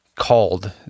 called